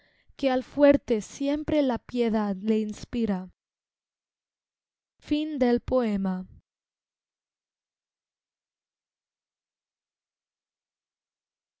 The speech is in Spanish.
que al fuerte siempre la piedad le inspira